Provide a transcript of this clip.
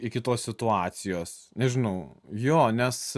iki tos situacijos nežinau jo nes